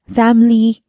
family